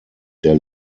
der